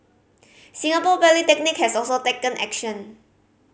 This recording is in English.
Singapore Polytechnic has also taken action